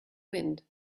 wind